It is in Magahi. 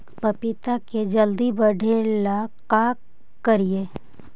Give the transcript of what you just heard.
पपिता के जल्दी बढ़े ल का करिअई?